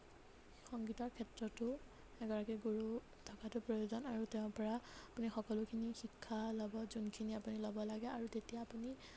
সংগীতৰ ক্ষেত্ৰতো এগৰাকী গুৰু থকাটো প্ৰয়োজন আৰু তেওঁৰ পৰা আপুনি সকলোখিনি শিক্ষা ল'ব যোনখিনি আপুনি ল'ব লাগে আৰু তেতিয়া আপুনি